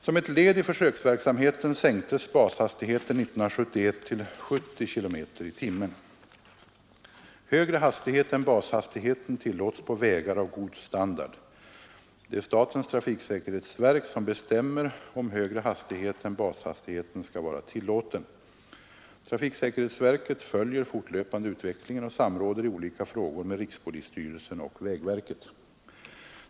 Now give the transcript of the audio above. Som ett led i försöksverksamheten sänktes bashastigheten år 1971 till 70 km/tim. Högre hastighet än bashastigheten tillåts på vägar av god standard. Det är statens trafiksäkerhetsverk som bestämmer om högre hastighet än bashastigheten skall vara tillåten. Trafiksäkerhetsverket följer fortlöpande utvecklingen och samråder i olika frågor med rikspolissstyrelsen och vägverket.